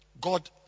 God